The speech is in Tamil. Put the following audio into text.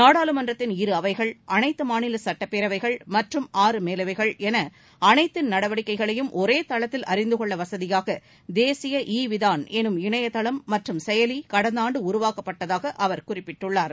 நாடாளுமன்றத்தின் இரு அவைகள் அனைத்து மாநில சுட்டப் பேரவைகள் மற்றும் ஆறு மேலவைகள் அனைத்தின் நடவடிக்கைகளையும் ஒரே தளத்தில் அறிந்து கொள்ள வசதியாக என தேசிய இ விதான் எனும் இணைய தளம் மற்றம் செயலி கடந்த ஆண்டு உடருவாக்கப்பட்டதாக அவர் குறிப்பிட்டுள்ளார்